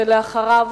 ואחריו,